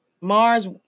Mars